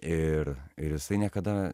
ir ir jisai niekada